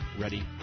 ready